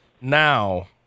now